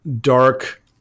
dark